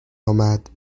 آمد